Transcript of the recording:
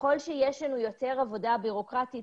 ככל שיש לנו יותר עבודה בירוקרטית